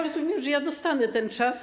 Rozumiem, że ja dostanę ten czas.